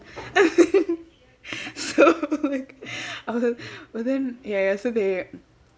so like I was but then ya ya so they